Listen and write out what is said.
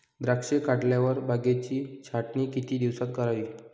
द्राक्षे काढल्यावर बागेची छाटणी किती दिवसात करावी?